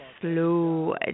slow